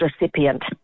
recipient